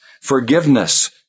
forgiveness